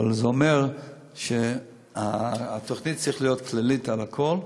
אבל זה אומר שהתוכנית צריכה להיות כללית, על הכול,